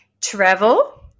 Travel